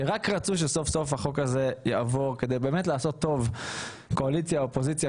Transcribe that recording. שרק רצו שסוף סוף החוק הזה יעבור כדי לעשות טוב; קואליציה ואופוזיציה,